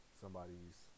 somebody's